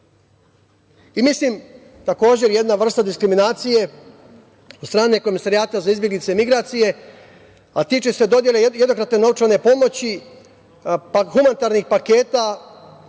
građane. Mislim, takođe jedna vrsta diskriminacije od strane Komesarijata za izbeglice i migracije, a tiče se dodele jednokratne novčane pomoći humanitarnih paketa